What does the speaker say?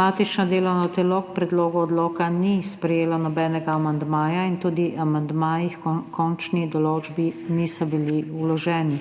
Matično delovno telo k predlogu odloka ni sprejelo nobenega amandmaja in tudi amandmaji h končni določbi niso bili vloženi.